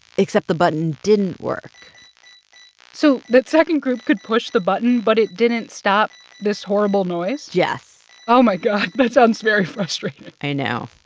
except the button didn't work so that second group could push the button but it didn't stop this horrible noise? yes oh, my god. that sounds very frustrating i know.